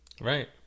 Right